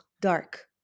dark